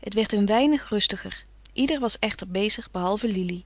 het werd een weinig rustiger ieder was echter bezig behalve lili